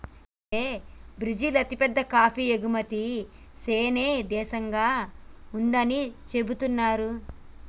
అయితే బ్రిజిల్ అతిపెద్ద కాఫీ ఎగుమతి సేనే దేశంగా ఉందని సెబుతున్నారు